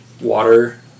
water